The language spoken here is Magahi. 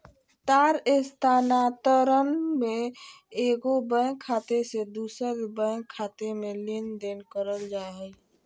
तार स्थानांतरण में एगो बैंक खाते से दूसर बैंक खाते में लेनदेन करल जा हइ